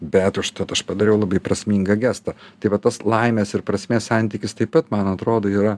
bet užtat aš padariau labai prasmingą gestą tai va tas laimės ir prasmės santykis taip pat man atrodo yra